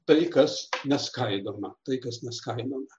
tai kas neskaidoma tai kas neskaidoma